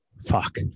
Fuck